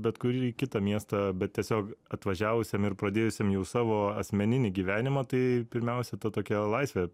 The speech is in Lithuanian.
bet kurį kitą miestą bet tiesiog atvažiavusiam ir pradėjusiam jau savo asmeninį gyvenimą tai pirmiausia ta tokia laisvė